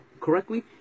correctly